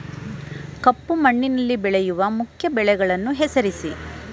ಕಪ್ಪು ಮಣ್ಣಿನಲ್ಲಿ ಬೆಳೆಯುವ ಮುಖ್ಯ ಬೆಳೆಗಳನ್ನು ಹೆಸರಿಸಿ